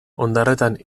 ondarretan